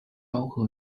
昭和